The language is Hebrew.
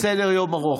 יש לי סדר-יום ארוך.